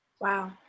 Wow